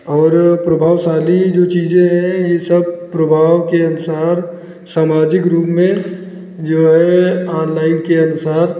और प्रभावशाली जो चीज़ें हैं यह सब प्रभाव के अनुसार समाजिक रूप में जो है ऑनलाइन के अनुसार